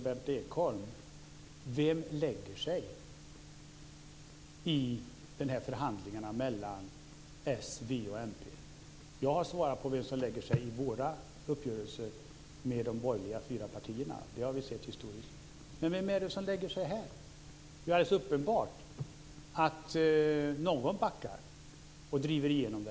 Vem lägger sig i förhandlingarna mellan s, v och mp? Jag har svarat på vem som lägger sig i uppgörelserna mellan de fyra borgerliga partierna. Det har vi sett historiskt. Men vem är det som lägger sig här? Det är alldeles uppenbart att någon backar. Vem är det?